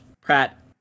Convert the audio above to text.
Pratt